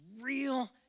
real